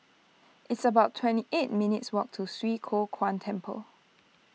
it's about twenty eight minutes' walk to Swee Kow Kuan Temple